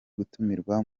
gutumirwa